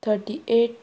thirty eight